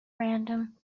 random